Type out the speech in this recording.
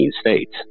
states